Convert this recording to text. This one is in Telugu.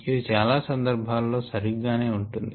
ఇది చాలా సందర్భాలలో సరిగ్గానే ఉంటుంది